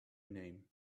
name